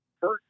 first